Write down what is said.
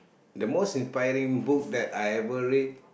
the most inspiring book that I ever read